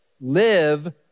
Live